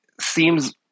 seems